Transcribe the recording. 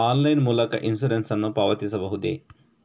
Online ಮೂಲಕ insurance ನ್ನು ಪಾವತಿಸಬಹುದೇ?